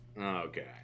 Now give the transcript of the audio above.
Okay